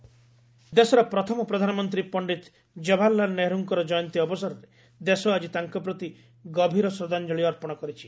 children's day ଦେଶର ପ୍ରଥମ ପ୍ରଧାନମନ୍ତ୍ରୀ ପଣ୍ଡିତ ଜବାହରଲାଲ ନେହେରୁଙ୍କ ଜୟନ୍ତୀ ଅବସରରେ ଦେଶ ଆଳି ତାଙ୍କ ପ୍ରତି ଗଭୀର ଶ୍ରଦ୍ଧାଞ୍ଜଳି ଅର୍ପଣ କରିଛି